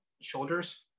shoulders